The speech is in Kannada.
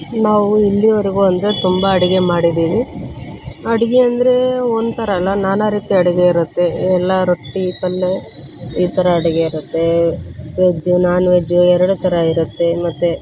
ನಾವು ಇಲ್ಲಿವರೆಗೂ ಅಂದರೆ ತುಂಬ ಅಡುಗೆ ಮಾಡಿದ್ದೀವಿ ಅಡುಗೆ ಅಂದರೆ ಒಂಥರ ಅಲ್ಲ ನಾನಾ ರೀತಿಯ ಅಡುಗೆ ಇರುತ್ತೆ ಎಲ್ಲ ರೊಟ್ಟಿ ಪಲ್ಲೆ ಈ ಥರ ಅಡುಗೆ ಇರುತ್ತೆ ವೆಜ್ ನಾನ್ ವೆಜ್ ಎರಡೂ ಥರ ಇರುತ್ತೆ ಮತ್ತು